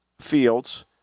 fields